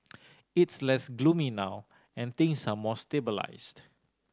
it's less gloomy now and things are more stabilised